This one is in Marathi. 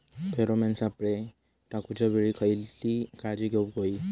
फेरोमेन सापळे टाकूच्या वेळी खयली काळजी घेवूक व्हयी?